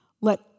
Let